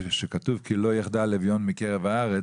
כפי שכתוב "כי לא יחדל אביון מקרב הארץ",